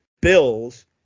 bills